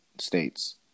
states